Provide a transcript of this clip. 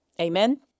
Amen